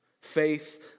Faith